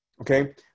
okay